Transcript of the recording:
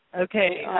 Okay